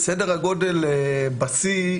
סדר הגודל בשיא,